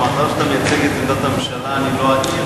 אתה מוכן?